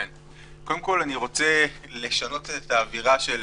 קודם כול אני רוצה לשנות את האווירה של